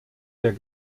der